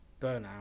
burnout